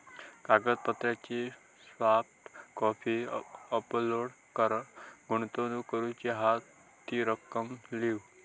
कागदपत्रांची soft copy upload कर, गुंतवणूक करूची हा ती रक्कम लिव्ह